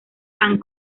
han